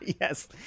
yes